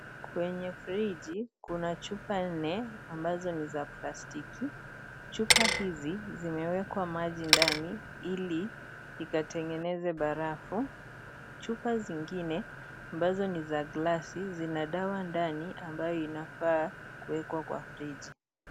Kwenye friji kuna chupa nne ambazo ni za plastiki. Chupa hizi zimewekwa maji ndani ili zikatengeneze barafu. Chupa zingine ambazo ni za glasi zina dawa ndani ambazo zinafaa kuwekwa kwa friji.